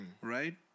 Right